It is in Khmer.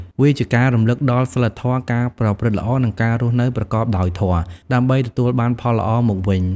វាជាការរំលឹកដល់សីលធម៌ ការប្រព្រឹត្តល្អ និងការរស់នៅប្រកបដោយធម៌ ដើម្បីទទួលបានផលល្អមកវិញ។